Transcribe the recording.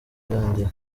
yarangiye